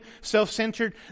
self-centered